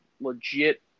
legit